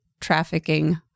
trafficking